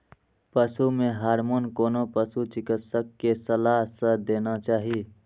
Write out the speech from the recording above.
पशु मे हार्मोन कोनो पशु चिकित्सक के सलाह सं देना चाही